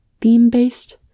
theme-based